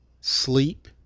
sleep